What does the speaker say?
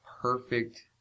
perfect